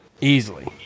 Easily